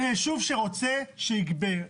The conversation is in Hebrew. יישוב שרוצה, שייגבה.